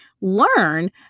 learn